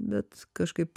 bet kažkaip